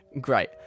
great